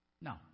No